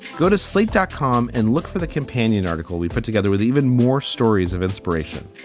go to sleep, dotcom, and look for the companion article we put together with even more stories of inspiration.